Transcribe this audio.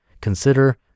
Consider